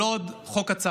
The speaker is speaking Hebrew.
זה לא עוד חוק הצהרתי,